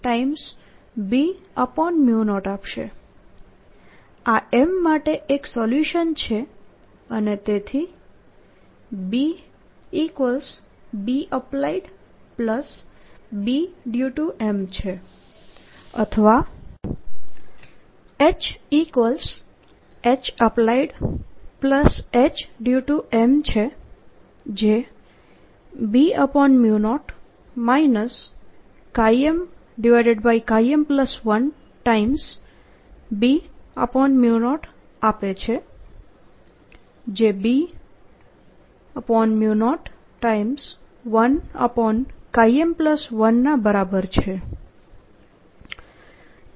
આ M માટે એક સોલ્યુશન છે અને તેથી BBapplied Bdue to M છે અથવા HHapplied Hdue to M છે જે B0 MM1B0 આપે છે જે B01 M1 ના બરાબર છે